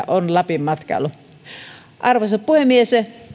on lapin matkailulla yksi merkittävimmistä rooleista arvoisa puhemies